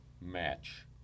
match